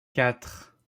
quatre